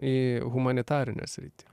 į humanitarinę sritį